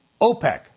OPEC